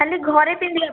ଖାଲି ଘରେ ପିନ୍ଧିବା ପାଇଁ